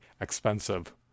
expensive